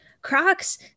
Crocs